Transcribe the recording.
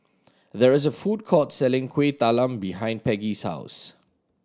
there is a food court selling Kuih Talam behind Peggie's house